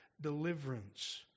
deliverance